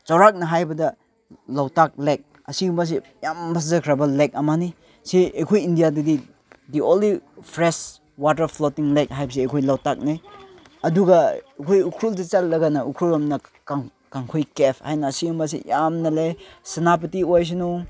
ꯆꯥꯎꯔꯥꯛꯅ ꯍꯥꯏꯕꯗ ꯂꯣꯛꯇꯥꯛ ꯂꯦꯛ ꯑꯁꯤꯒꯨꯝꯕꯁꯦ ꯌꯥꯝ ꯐꯖꯈ꯭ꯔꯕ ꯂꯦꯛ ꯑꯃꯅꯤ ꯁꯤ ꯑꯩꯈꯣꯏ ꯏꯟꯗꯤꯌꯥꯗꯗꯤ the only fresh water floating lake ꯍꯥꯏꯕꯁꯦ ꯑꯩꯈꯣꯏ ꯂꯣꯛꯇꯥꯛꯅꯤ ꯑꯗꯨꯒ ꯑꯩꯈꯣꯏ ꯎꯈ꯭ꯔꯨꯜꯗ ꯆꯠꯂꯒꯅ ꯎꯈ꯭ꯔꯨꯜꯂꯣꯝꯅ ꯀꯥꯡꯈꯨꯏ ꯀꯦꯐ ꯍꯥꯏꯅ ꯑꯁꯤꯒꯨꯝꯕꯁꯦ ꯌꯥꯝꯅ ꯂꯩ ꯁꯦꯅꯥꯄꯇꯤ ꯑꯣꯏꯁꯅꯨ